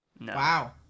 Wow